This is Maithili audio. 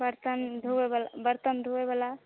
बर्तन बर्तन धोयवला